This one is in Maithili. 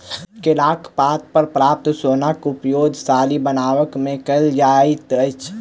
केराक पात सॅ प्राप्त सोनक उपयोग साड़ी बनयबा मे कयल जाइत अछि